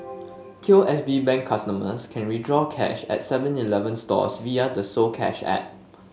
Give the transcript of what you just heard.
P O S B Bank customers can withdraw cash at seven Eleven stores via the soCash app